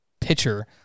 pitcher